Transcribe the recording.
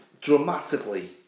dramatically